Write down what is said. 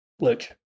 look